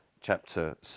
chapter